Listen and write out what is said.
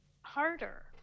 harder